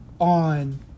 on